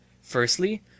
firstly